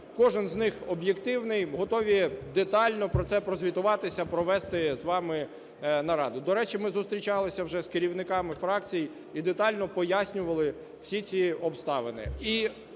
кожен з них об'єктивний. Готові детально про це прозвітувати, провести з вами нараду. До речі, ми зустрічалися вже з керівниками фракцій і детально пояснювали всі ці обставини.